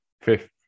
fifth